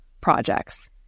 projects